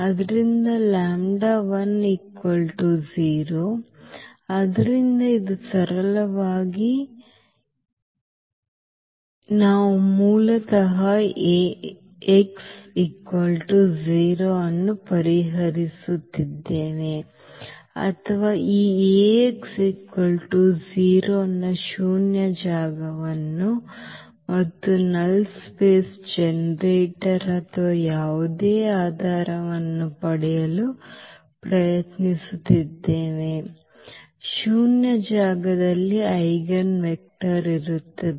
ಆದ್ದರಿಂದ ಆದ್ದರಿಂದ ಇದು ಸರಳವಾಗಿ ಇದಾಗಿದೆ ಆದ್ದರಿಂದ ನಾವು ಮೂಲತಃ ಈ Ax 0 ಅನ್ನು ಪರಿಹರಿಸುತ್ತಿದ್ದೇವೆ ಅಥವಾ ನಾವು ಈ Ax 0 ನ ಶೂನ್ಯ ಜಾಗವನ್ನು ಮತ್ತು ಶೂನ್ಯ ಜಾಗದ ಜನರೇಟರ್ ಅಥವಾ ಯಾವುದೇ ಆಧಾರವನ್ನು ಪಡೆಯಲು ಪ್ರಯತ್ನಿಸುತ್ತಿದ್ದೇವೆ ಶೂನ್ಯ ಜಾಗದಲ್ಲಿ ಐಜೆನ್ ವೆಕ್ಟರ್ ಇರುತ್ತದೆ